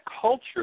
culture